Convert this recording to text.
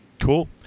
Cool